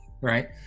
Right